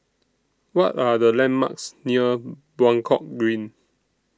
What Are The landmarks near Buangkok Green